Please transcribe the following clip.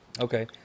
Okay